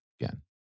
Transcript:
again